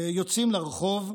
יוצאים לרחוב,